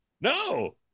No